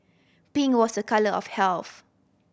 pink was a colour of health